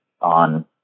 on